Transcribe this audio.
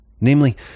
Namely